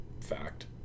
fact